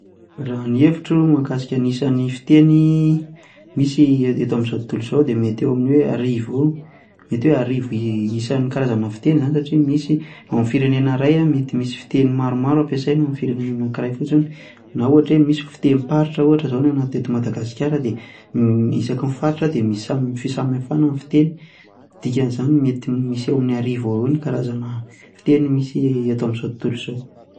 Raha ny hevitro mikasika ny isan'ny fiteny misy eto amin'izao tontolo izao, de mety eo amin'ny hoe arivo eo, mety hoe arivo ny isan'ny karazana fiteny zany satria misy ao amin'ny firenena ray mety misy fiteny maromaro ampiasaina ao amin'ny firenena anakiray fotsiny, na ohatra hoe fitenim-paritra ohatra zao ny teto Madagasikara de isakiny faritra de misy sam- fahasamihafana amin'ny fiteny, dikanzay mety misy eo amin'ny arivo eoeo ny fiteny misy eto amzao tontolo izao.